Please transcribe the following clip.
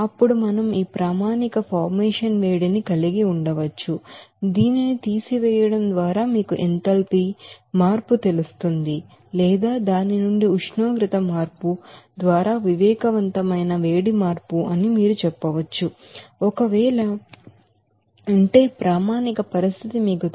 అప్పుడు మనం ఈ ప్రామాణిక ఫార్మేషన్ వేడిని కలిగి ఉండవచ్చు దీనిని తీసివేయడం ద్వారా మీకు ఎంథాల్పీ మార్పు తెలుసు లేదా దాని నుండి ఉష్ణోగ్రత మార్పు ద్వారా వివేకవంతమైన వేడి మార్పు అని మీరు చెప్పవచ్చు ఒకవేళ ఉంటే ప్రామాణిక పరిస్థితి మీకు తెలుసు